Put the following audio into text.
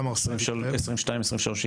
זה 23', 24'